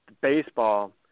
Baseball